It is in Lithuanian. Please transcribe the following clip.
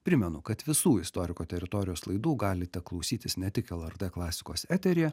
primenu kad visų istoriko teritorijos laidų galite klausytis ne tik lrt klasikos eteryje